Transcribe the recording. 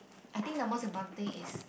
I think the most important thing is